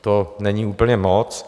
To není úplně moc.